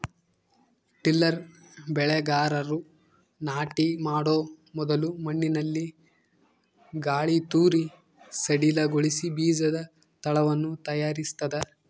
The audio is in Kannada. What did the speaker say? ಟಿಲ್ಲರ್ ಬೆಳೆಗಾರರು ನಾಟಿ ಮಾಡೊ ಮೊದಲು ಮಣ್ಣಿನಲ್ಲಿ ಗಾಳಿತೂರಿ ಸಡಿಲಗೊಳಿಸಿ ಬೀಜದ ತಳವನ್ನು ತಯಾರಿಸ್ತದ